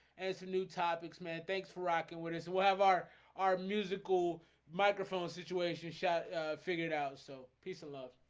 and it's a new topics man. thanks for rocking with us. whatever our musical microphone situation shot figured out. so peace of love